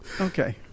Okay